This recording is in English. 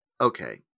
okay